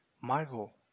Margot